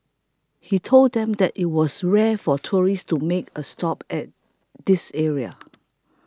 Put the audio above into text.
he told them that it was rare for tourists to make a stop at this area